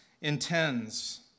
intends